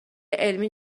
علمی